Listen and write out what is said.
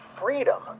freedom